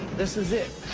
this is it.